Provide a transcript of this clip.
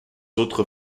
autres